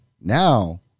now